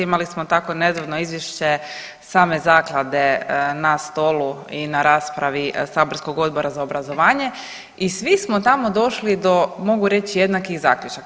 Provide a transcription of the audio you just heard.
Imali smo tako nedavno Izvješće same zaklade na stolu i na raspravi saborskog Odbora za obrazovanje i svi smo tamo došli do mogu reći jednakih zaključaka.